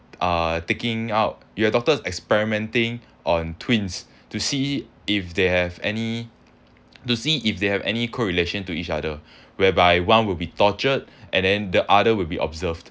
uh taking out your doctor's experimenting on twins to see if they have any to see if they have any correlation to each other whereby one would be tortured and then the other would be observed